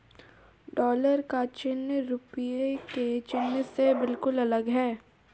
dollar का चिन्ह रूपए के चिन्ह से बिल्कुल अलग है